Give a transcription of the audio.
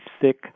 thick